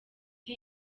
nti